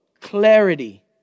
clarity